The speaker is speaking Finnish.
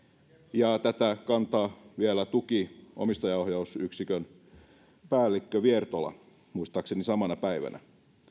ja tätä kantaa vielä tuki omistajaohjausyksikön päällikkö viertola muistaakseni samana päivänä